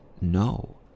no